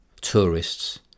tourists